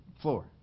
floor